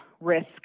risk